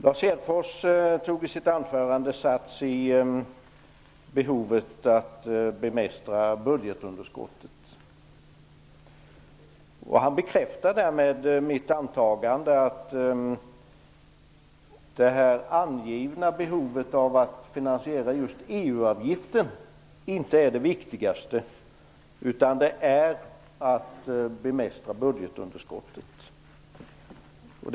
Lars Hedfors tog i sitt anförande sats i behovet av att bemästra budgetunderskottet, och han bekräftar därmed mitt antagande att det här angivna behovet av att finansiera just EU-avgiften inte är det viktigaste, utan att det viktigaste är att bemästra budgetunderskottet.